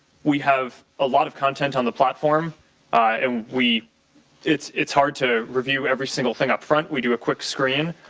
we have a lot of content on the platform and it's it's hard to review every single thing up front. we do a quick scan.